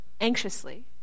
anxiously